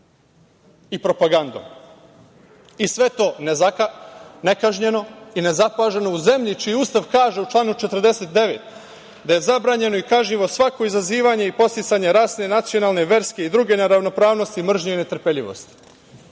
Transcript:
i propagandom i sve to je nekažnjeno i nezapaženo u zemlji čiji Ustav kaže u članu 49. da je zabranjeno i kažnjivo svako izazivanje i podsticanje rasne, nacionalne, verske i druge neravnopravnosti, mržnje i netrpeljivosti.U